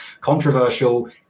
controversial